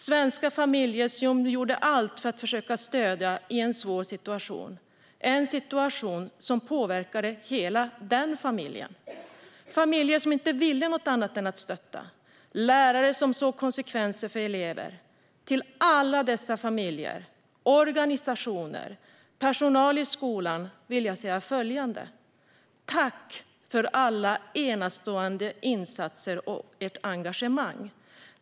Svenska familjer gjorde allt för att försöka stödja i en svår situation som också påverkade hela den familjen. Det här var familjer som inte ville något annat än att stötta, och det fanns lärare som såg konsekvenser för sina elever. Till alla dessa familjer, organisationer och personal i skolan vill jag säga följande: Tack för alla enastående insatser och ert engagemang!